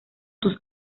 tus